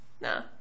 nah